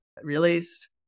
released